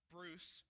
Bruce